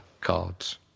Cards